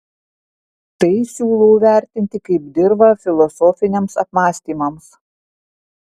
tai siūlau vertinti kaip dirvą filosofiniams apmąstymams